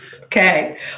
Okay